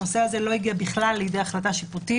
הנושא הזה לא הגיע בכלל לידי החלטה שיפוטית.